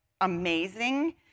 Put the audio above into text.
amazing